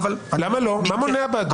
מה מונע בעדו?